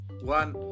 one